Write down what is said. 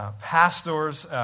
pastors